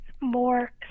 more